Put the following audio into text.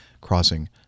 crossing